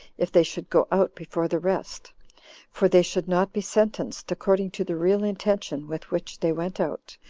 if they should go out before the rest for they should not be sentenced according to the real intention with which they went out,